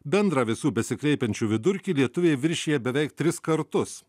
bendrą visų besikreipiančių vidurkį lietuviai viršija beveik tris kartus